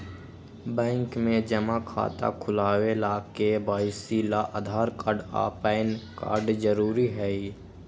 bank में जमा खाता खुलावे ला के.वाइ.सी ला आधार कार्ड आ पैन कार्ड जरूरी हई